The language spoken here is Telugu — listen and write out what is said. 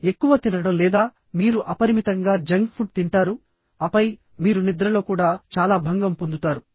ఎక్కువ తినడం లేదా మీరు అపరిమితంగా జంక్ ఫుడ్ తింటారు ఆపై మీరు నిద్రలో కూడా చాలా భంగం పొందుతారు